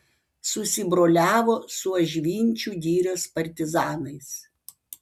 susibroliavo su ažvinčių girios partizanais